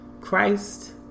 Christ